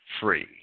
free